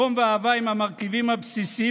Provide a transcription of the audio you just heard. החום והאהבה הם המרכיבים הבסיסיים